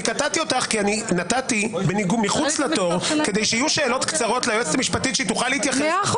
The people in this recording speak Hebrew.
אני מציעה שהחבר שלך מקהלת יסביר לך איך לנהל את הוועדה.